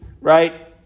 right